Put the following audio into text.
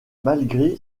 malgré